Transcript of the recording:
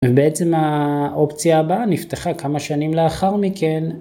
בעצם האופציה הבאה נפתחה כמה שנים לאחר מכן.